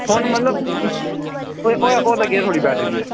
phone मतलब होए दा केह् ऐ थुआढ़ी बैटरी गी